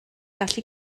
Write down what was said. gallu